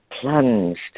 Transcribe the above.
plunged